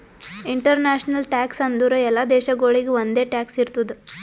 international tax ಅಂದುರ್ ಎಲ್ಲಾ ದೇಶಾಗೊಳಿಗ್ ಒಂದೆ ಟ್ಯಾಕ್ಸ್ ಇರ್ತುದ್